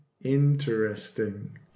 interesting